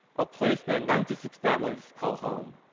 a place where ninety six families call home.